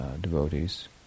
devotees